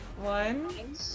one